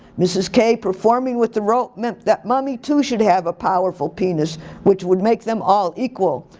mrs. k performing with the rope meant that mommy too should have a powerful penis which would make them all equal.